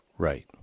Right